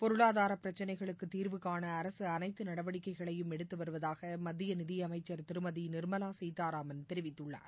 பொருளாதாரப் பிரச்சினைகளுக்குத் தீர்வுகாண அரசு அனைத்து நடவடிக்கைகளையும் எடுத்து வருவதாக மத்திய நிதியமைச்சர் திருமதி நிர்மலா சீதாராமன் தெரிவித்துள்ளார்